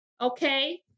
okay